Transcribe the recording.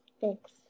Thanks